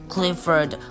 Clifford